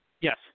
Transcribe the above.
Yes